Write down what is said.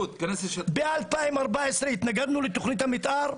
ב-2014 התנגדנו לתכנית המתאר,